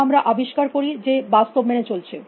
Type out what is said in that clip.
যা আমরা আবিষ্কার করি যে বাস্তব মেনে চলছে